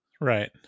Right